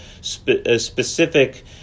specific